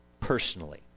personally